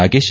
Nagesh